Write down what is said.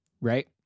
right